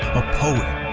a poet.